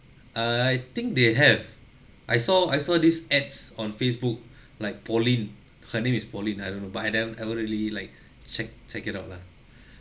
uh I think they have I saw I saw this ads on facebook like pauline her name is pauline I don't know but I ne~ never really like check check it out lah